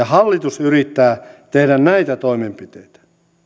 hallitus yrittää tehdä näitä toimenpiteitä